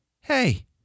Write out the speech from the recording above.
hey